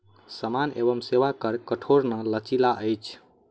सामान एवं सेवा कर कठोर नै लचीला अछि